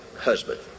husband